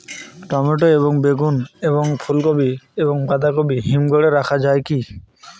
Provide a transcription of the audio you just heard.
Tomato এবং বেগুন এবং ফুলকপি এবং বাঁধাকপি হিমঘরে রাখা যায় কি?